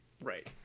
right